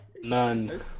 None